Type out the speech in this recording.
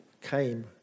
came